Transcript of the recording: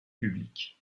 public